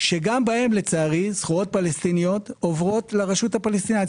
שגם בהם לצערי סחורות פלסטיניות עוברות לרשות הפלסטינית.